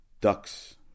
Ducks